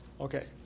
Okay